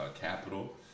capital